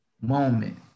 moment